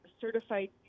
certified